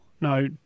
no